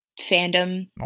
fandom